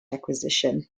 acquisition